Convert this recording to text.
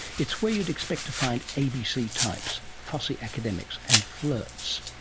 it's where you'd expect to find abc types, fussy academics, and flirts.